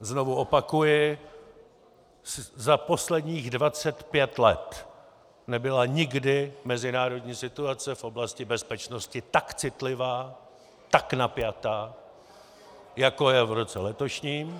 Znovu opakuji za posledních 25 let nebyla nikdy mezinárodní situace v oblasti bezpečnosti tak citlivá, tak napjatá, jako je v roce letošním.